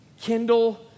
Kindle